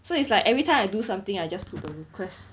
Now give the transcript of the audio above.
so it's like every time I do something I just put the request